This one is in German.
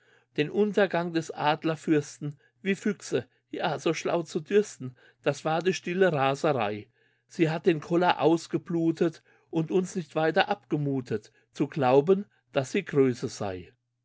den untergang des adlerfürsten wie füchse ja so schlau zu dürften das war die stille raserei sie hat den koller ausgeblutet und uns nicht weiter abgemuthet zu glauben dass sie größe sei